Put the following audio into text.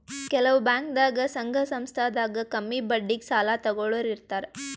ಕೆಲವ್ ಬ್ಯಾಂಕ್ದಾಗ್ ಸಂಘ ಸಂಸ್ಥಾದಾಗ್ ಕಮ್ಮಿ ಬಡ್ಡಿಗ್ ಸಾಲ ತಗೋಳೋರ್ ಇರ್ತಾರ